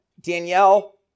Danielle